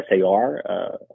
sar